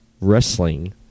wrestling